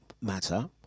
matter